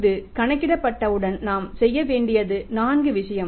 அது கணக்கிடப்பட்டவுடன் நாம் செய்ய வேண்டியது 4 விஷயம்